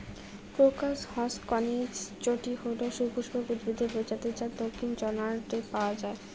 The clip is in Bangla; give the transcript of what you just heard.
ক্রোকাস হসকনেইচটি হল সপুষ্পক উদ্ভিদের প্রজাতি যা দক্ষিণ জর্ডানে পাওয়া য়ায়